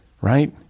Right